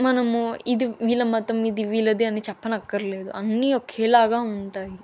మనము ఇది వీళ్ళ మతం ఇది వీళ్ళది అని చెప్పనక్కర్లేదు అన్నీ ఒకేలాగా ఉంటాయి